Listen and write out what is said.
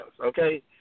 okay